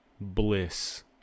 bliss